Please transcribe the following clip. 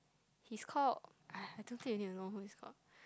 he's called !aiya! I don't think you need to know who he's called